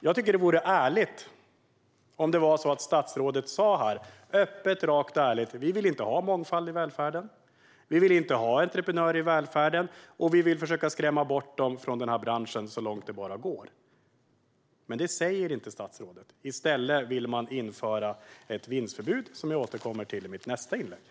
Jag tycker att det vore bättre om statsrådet öppet, rakt och ärligt sa: Vi vill inte ha mångfald i välfärden. Vi vill inte ha entreprenörer i välfärden. Vi vill försöka skrämma bort dem från denna bransch, så långt det bara går. Men det säger inte statsrådet. I stället vill man införa ett vinstförbud, som jag återkommer till i mitt nästa inlägg.